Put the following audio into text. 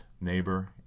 neighbor